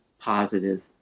positive